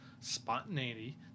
spontaneity